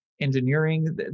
engineering